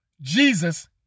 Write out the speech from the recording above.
Jesus